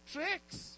Tricks